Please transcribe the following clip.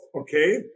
Okay